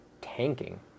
tanking